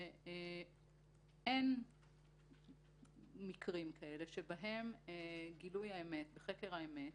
שאין מקרים כאלה שבהם גילוי האמת וחקר האמת,